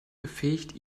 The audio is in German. befähigt